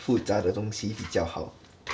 复杂的东西比较好